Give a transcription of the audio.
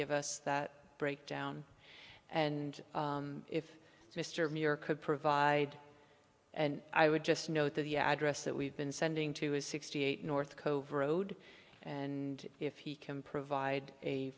give us that breakdown and if mr moore could provide and i would just note that the address that we've been sending to is sixty eight north cove road and if he can provide a